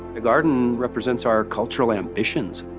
the garden represents our cultural ambitions.